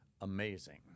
amazing